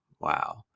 wow